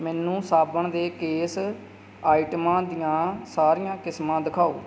ਮੈਨੂੰ ਸਾਬਣ ਦੇ ਕੇਸ ਆਈਟਮਾਂ ਦੀਆਂ ਸਾਰੀਆਂ ਕਿਸਮਾਂ ਦਿਖਾਓ